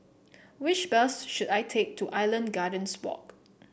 which bus should I take to Island Gardens Walk